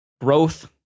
growth